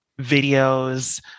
videos